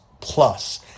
plus